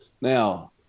Now